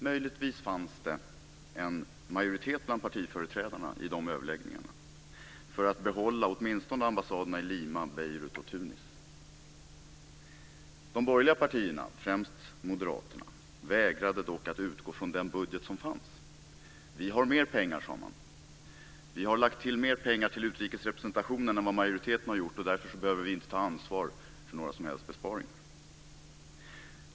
Möjligtvis fanns det en majoritet bland partiföreträdarna i de överläggningarna för att man skulle behålla åtminstone ambassaderna i Lima, Beirut och Tunis. De borgerliga partierna, främst Moderaterna, vägrade dock att utgå från den budget som fanns. Man sade: Vi har mer pengar. Vi har lagt till mer pengar till utrikesrepresentationen än vad majoriteten har gjort. Därför behöver vi inte ta ansvar för några som helst besparingar.